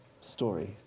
story